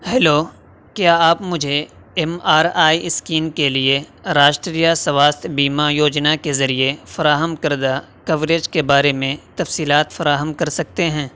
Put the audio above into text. hello کیا آپ مجھے ایم آر آئی اسکیم کے لیے راسٹریہ سواستھ بیمہ یوجنا کے ذریعے فراہم کردہ کوریج کے بارے میں تفصیلات فراہم کر سکتے ہیں